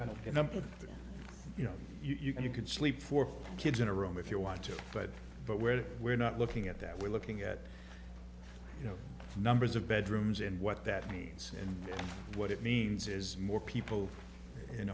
increase the number you know you can you can sleep for four kids in a room if you want to but but where we're not looking at that we're looking at you know numbers of bedrooms and what that means and what it means is more people in